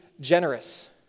generous